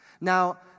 Now